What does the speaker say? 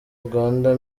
uganda